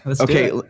Okay